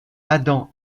adam